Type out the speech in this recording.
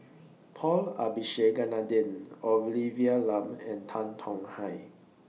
Paul Abisheganaden Olivia Lum and Tan Tong Hye